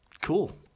cool